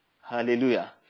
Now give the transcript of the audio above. Hallelujah